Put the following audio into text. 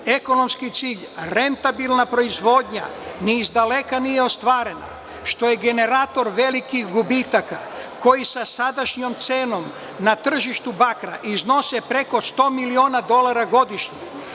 Ekonomski cilj, rentabilna proizvodnja ni izdaleka nije ostvarena što je generator velikih gubitaka koji sa sadašnjom cenom na tržištu bakra iznose preko sto miliona dolara godišnje.